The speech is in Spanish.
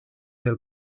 del